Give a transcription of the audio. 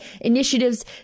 Initiatives